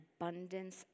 abundance